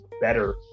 better